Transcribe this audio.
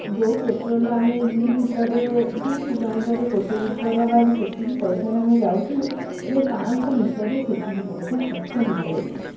ଯେଉଁ ପେଟ୍ରୋଲ ଆମେ ଦୁଇ ଲିଟର ଦୁଇ କିଲୋମିଟର ରେ ଗୋଟେ ଲିଟର ବା ସେତିକି ପଇସା ରେ ଆମେ ଯାଉଥିଲୁ ଏବେ ପାଞ୍ଚସହ ମିଟର ରେ ସେତିକି ପଇସା ଖର୍ଚ୍ଚ ହେଇଯାଉଛି